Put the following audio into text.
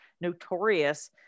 notorious